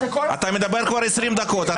זה נקרא "חוסר תום לב".